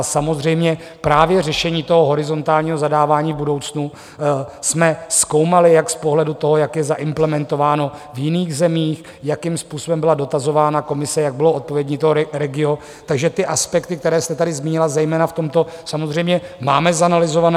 Samozřejmě právě řešení horizontálního zadávání v budoucnu jsme zkoumali jak z pohledu toho, jak je zaimplementováno v jiných zemích, jakým způsobem byla dotazována Komise, jaké byly odpovědi toho Regio, takže aspekty, které jste tady zmínila, zejména v tomto, samozřejmě máme zanalyzovány.